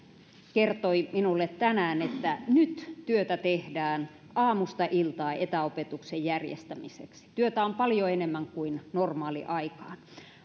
kertoi minulle tänään että nyt työtä tehdään aamusta iltaan etäopetuksen järjestämiseksi työtä on paljon enemmän kuin normaaliaikaan